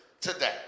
today